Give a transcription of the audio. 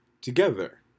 together